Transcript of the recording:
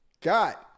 got